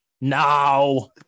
now